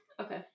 Okay